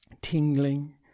tingling